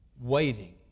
waiting